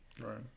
Right